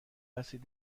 هستید